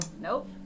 Nope